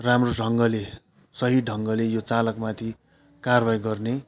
राम्रो ढङ्गले सही ढङ्गले यो चालक माथि कारवाही गर्ने